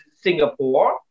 Singapore